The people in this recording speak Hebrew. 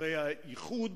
הרי האיחוד